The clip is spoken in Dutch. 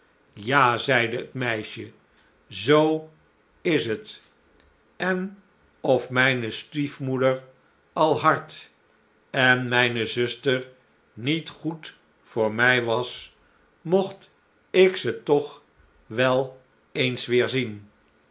ja zeide het meisje zoo is t en of mijne stiefmoeder al hard en mijne zuster niet goed voor mij was mogt ik ze toch wel eens weer zien